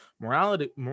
morality